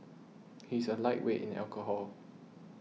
he is a lightweight in alcohol